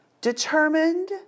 determined